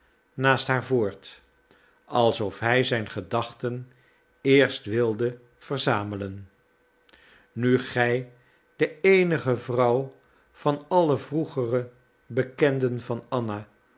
naast haar voort alsof hij zijn gedachten eerst wilde verzamelen nu gij de eenige vrouw van alle vroegere bekenden van anna